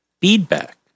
Feedback